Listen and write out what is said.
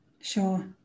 sure